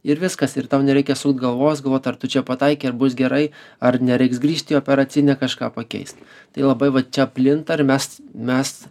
ir viskas ir tau nereikia sukt galvos galvot ar tu čia pataikei ar bus gerai ar nereiks grįžt į operacinę kažką pakeist tai labai va čia plinta ir mes mes